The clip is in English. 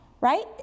right